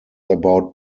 about